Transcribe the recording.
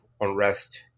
unrest